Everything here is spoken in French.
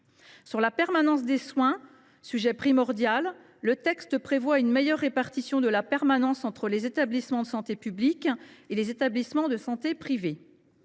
de permanence des soins, sujet primordial, le texte prévoit une meilleure répartition de la permanence entre les établissements de santé publics et les établissements de santé privés.